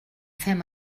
fem